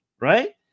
right